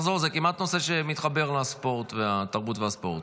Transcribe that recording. השר זוהר, זה כמעט נושא שמתחבר לתרבות ולספורט.